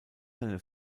seine